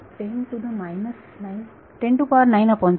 विद्यार्थी 10 to the minus 9